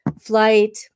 flight